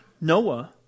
Noah